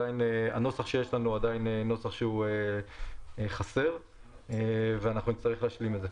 הנוסח שיש לנו עדין נוסח חסר ואנחנו נצטרך להשלים את זה.